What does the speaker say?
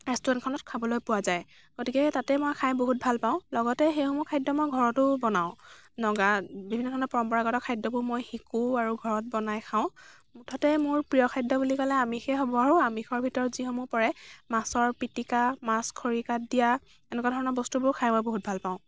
ৰেষ্টুৰেন্টখনত খাবলৈ পোৱা যায় গতিকে তাতেই মই খাই বহুত ভাল পাওঁ লগতে সেইসমূহ খাদ্য মই ঘৰতো বনাওঁ নগা বিভিন্ন ধৰণৰ পৰম্পৰাগত খাদ্যবোৰ মই শিকোঁ আৰু ঘৰত বনাই খাওঁ মুঠতে মোৰ প্ৰিয় খাদ্য বুলি ক'লে আমিষেই হ'ব আৰু আমিষৰ ভিতৰত যিসমূহ পৰে মাছৰ পিটিকা মাছ খৰিকাত দিয়া এনেকুৱা ধৰণৰ বস্তুবোৰ খাই মই বহুত ভাল পাওঁ